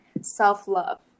self-love